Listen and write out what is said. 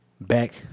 back